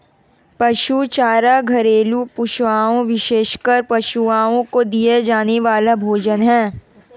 पशु चारा घरेलू पशुओं, विशेषकर पशुओं को दिया जाने वाला भोजन है